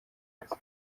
neza